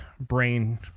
brain